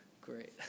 Great